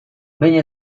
behin